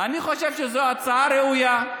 אני חושב שזאת הצעה ראויה,